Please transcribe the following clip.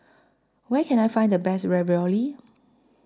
Where Can I Find The Best Ravioli